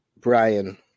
brian